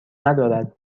ندارد